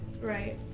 right